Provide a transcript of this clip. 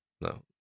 No